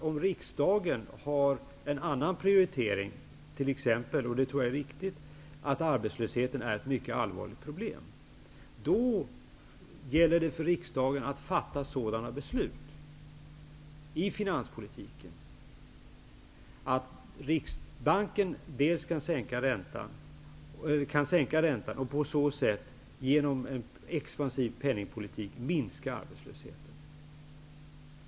Om riksdagen har en annan prioritering, t.ex. -- vilket jag tror är riktigt -- att arbetslösheten är ett mycket allvarligt problem, gäller det för riksdagen att fatta sådana beslut i finanspolitiken att Riksbanken kan sänka räntan och genom en sådan expansiv penningpolitik minska arbetslösheten.